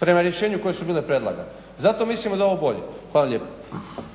prema rješenju koje su bile predlagane. Zato mislim da je ovo bolje. Hvala lijepo.